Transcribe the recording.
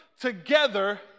together